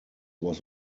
was